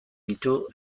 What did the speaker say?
ditu